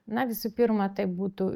na visų pirma tai būtų